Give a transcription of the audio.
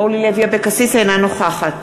אינה נוכחת